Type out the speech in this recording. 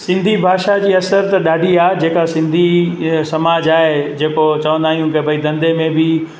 सिंधी भाषा जी असर त ॾाढी आहे जेका सिंधी समाज आहे जेको चवंदा आहियूं की भई धंधे में बि